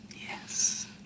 Yes